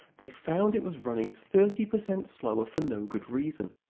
they found it was running thirty percent slower for no good reason,